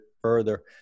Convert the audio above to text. further